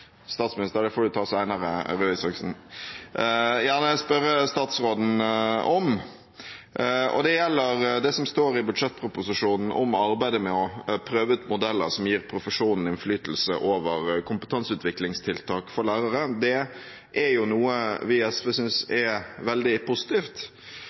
spørre statsråden om, og det gjelder det som står i budsjettproposisjonen om arbeidet med å prøve ut modeller som gir profesjonen innflytelse over kompetanseutviklingstiltak for lærere. Det er noe vi i SV